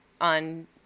on